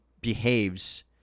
behaves